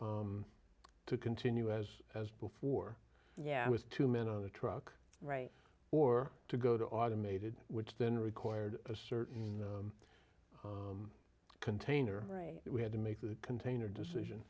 was to continue as as before yeah with two men on the truck right or to go to automated which then required a certain container right we had to make the container decision